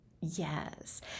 Yes